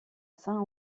saint